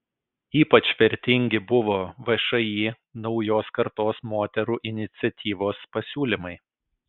ypač vertingi buvo všį naujos kartos moterų iniciatyvos pasiūlymai